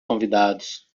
convidados